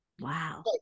Wow